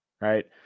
right